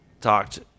talked